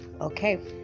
okay